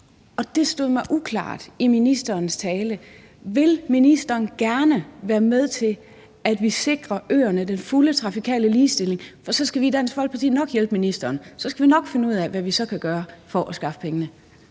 det stod mig uklart i ministerens tale. Vil ministeren gerne være med til, at vi sikrer ørerne den fulde trafikale ligestilling? For så skal vi i Dansk Folkeparti nok hjælpe ministeren; så skal vi nok finde ud af, hvad vi så kan gøre for at skaffe pengene.